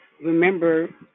remember